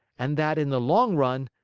and that, in the long run,